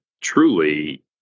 Truly